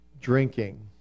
drinking